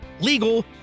legal